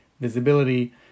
visibility